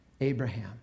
Abraham